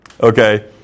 Okay